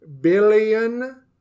billion